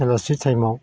बेलासि टाइमआव